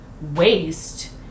waste